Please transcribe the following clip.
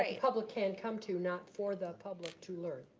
ah public can come to, not for the public to learn.